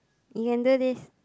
you can do this